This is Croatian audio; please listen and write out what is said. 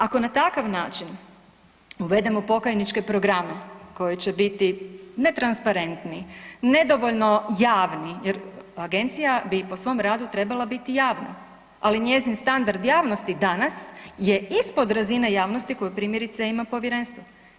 Ako na takav način uvedemo pokajničke programe koji će biti netransparentni, nedovoljno javni jer agencija bi po svom radu trebala biti javna, ali njezin standard javnosti danas je ispod razine javnosti koju primjerice ima povjerenstvo.